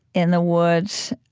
in the woods,